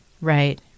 Right